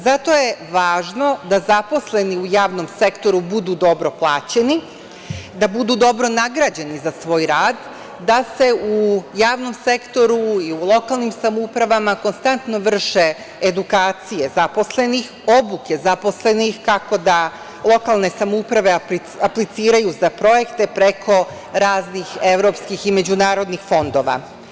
Zato je važno da zaposleni u javnom sektoru budu dobro plaćeni, da budu dobro nagrađeni za svoj rad, da se u javnom sektoru i u lokalnim samoupravama konstantno vrše edukacije zaposlenih, obuke zaposlenih, kako da lokalne samouprave apliciraju za projekte preko raznih evropskih i međunarodnih fondova.